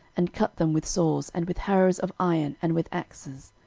and cut them with saws, and with harrows of iron, and with axes.